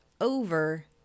over